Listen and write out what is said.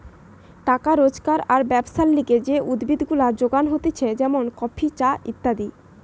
টাকা রোজগার আর ব্যবসার লিগে যে উদ্ভিদ গুলা যোগান হতিছে যেমন কফি, চা ইত্যাদি